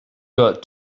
got